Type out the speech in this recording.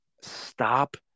stop